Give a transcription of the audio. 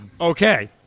Okay